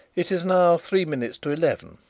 it is now three minutes to eleven.